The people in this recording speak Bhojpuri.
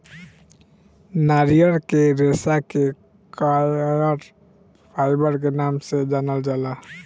नारियल के रेशा के कॉयर फाइबर के नाम से जानल जाला